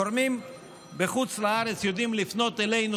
גורמים בחוץ לארץ יודעים לפנות אלינו